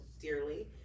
dearly